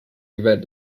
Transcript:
event